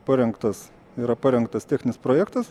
parengtas yra parengtas techninis projektas